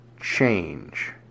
change